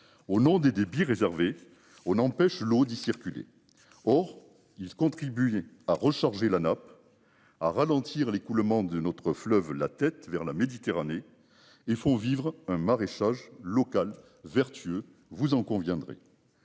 au nom des débits réservés aux n'empêche l'audit circuler. Or il contribuer à recharger la nappe. À ralentir l'écoulement d'une autre fleuve la tête vers la Méditerranée. Il faut vivre hein maraîchage local vertueux vous en conviendrez.